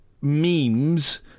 memes